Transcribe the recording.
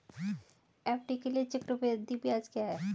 FD के लिए चक्रवृद्धि ब्याज क्या है?